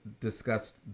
discussed